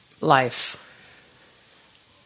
life